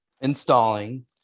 installing